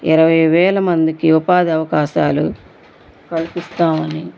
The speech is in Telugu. ఇరవై వేల మందికి ఉపాధి అవకాశాలు కల్పిస్తామని